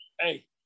hey